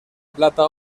plata